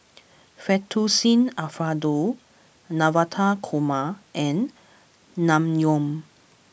Fettuccine Alfredo Navratan Korma and Naengmyeon